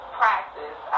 practice